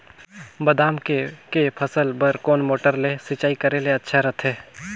बादाम के के फसल बार कोन मोटर ले सिंचाई करे ले अच्छा रथे?